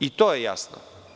I to je jasno.